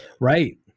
right